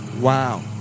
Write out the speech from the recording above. Wow